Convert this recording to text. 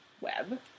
web